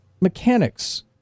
Mechanics